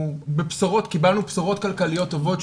קיבלנו בשורות כלכליות טובות,